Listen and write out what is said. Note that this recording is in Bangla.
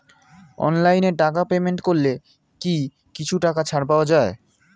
অনলাইনে টাকা পেমেন্ট করলে কি কিছু টাকা ছাড় পাওয়া যায়?